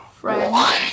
Friend